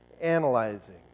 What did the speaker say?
analyzing